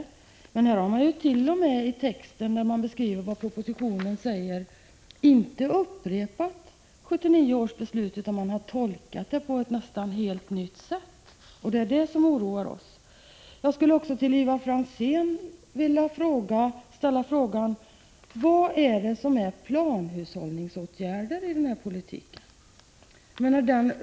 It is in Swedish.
I den text där propositionens innebörd beskrivs har utskottet inte ens upprepat 1979 års beslut, utan man har tolkat det på ett nästan helt nytt sätt. Det är detta som oroar oss. ningsåtgärder i den här politiken?